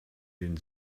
den